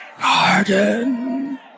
garden